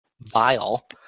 vile